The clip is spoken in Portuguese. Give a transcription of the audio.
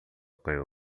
caiu